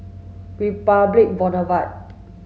Republic Boulevard